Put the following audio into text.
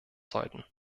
sollten